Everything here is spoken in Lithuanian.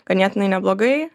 ganėtinai neblogai